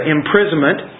imprisonment